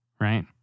right